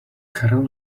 carol